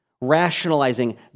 Rationalizing